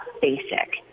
basic